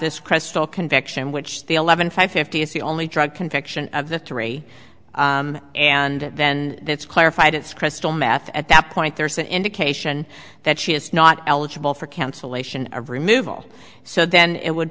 this crystal conviction which the eleven fifty is the only drug conviction of the three and then that's clarified it's crystal meth at that point there's an indication that she is not eligible for cancellation of removal so then it would